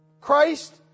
Christ